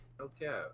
Okay